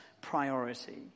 priority